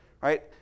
right